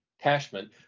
Cashman